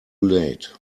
late